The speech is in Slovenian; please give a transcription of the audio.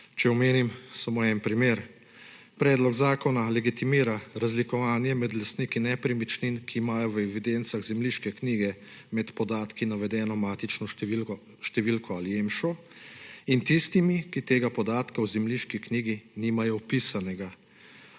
Če omenim samo en primer. Predlog zakona legitimira razlikovanje med lastniki nepremičnin, ki imajo v evidencah zemljiške knjige med podatki navedeno matično številko ali EMŠO, in tistimi, ki tega podatka v zemljiški knjigi nimajo vpisanega.